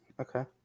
okay